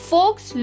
Folks